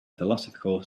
philosophical